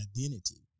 identity